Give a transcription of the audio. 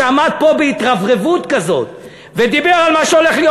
שעמד פה בהתרברבות כזו ודיבר על מה שהולך להיות,